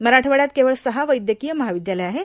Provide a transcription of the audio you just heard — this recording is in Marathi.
मराठवाड्यात केवळ सहा वैद्यकीय महाविद्यालयं आहेत